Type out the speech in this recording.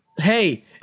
Hey